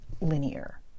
linear